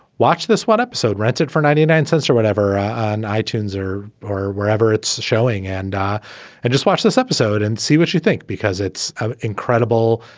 watch this one episode rented for ninety nine cents or whatever and i-tunes or or wherever it's showing. and and just watch this episode and see what you think. because it's ah incredible.